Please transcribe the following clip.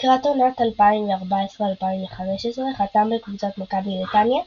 לקראת עונת 2014/2015 חתם בקבוצת מכבי נתניה,